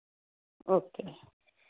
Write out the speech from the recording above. okay